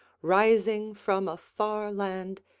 rising from a far land,